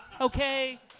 Okay